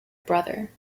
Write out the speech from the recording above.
brother